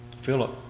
Philip